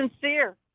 sincere